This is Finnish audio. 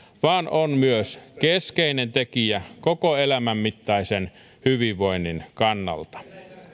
vaan on myös keskeinen tekijä koko elämän mittaisen hyvinvoinnin kannalta